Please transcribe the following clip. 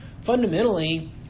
Fundamentally